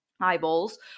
eyeballs